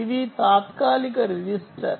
ఇది తాత్కాలిక రిజిస్టర్